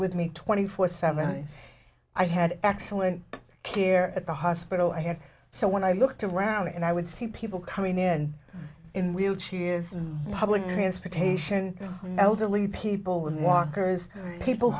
with me twenty four seventh's i had excellent care at the hospital i had so when i looked around and i would see people coming in in wheelchairs public transportation elderly people with walkers people